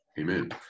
Amen